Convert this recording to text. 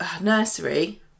nursery